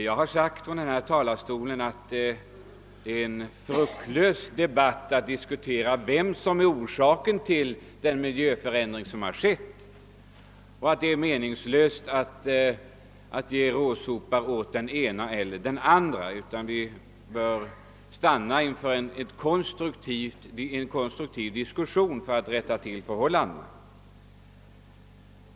Jag har från denna talarstol sagt att det är fruktlöst att diskutera vem som orsakat miljöförstöringen, att det är meningslöst att ge den ene eller den andre en råsop. I stället bör vi försöka att föra en konstruktiv diskussion för att rätta till missförhållandena.